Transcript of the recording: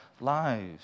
lives